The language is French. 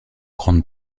grande